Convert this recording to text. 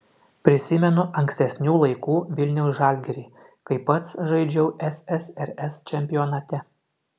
prisimenu ankstesnių laikų vilniaus žalgirį kai pats žaidžiau ssrs čempionate